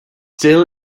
still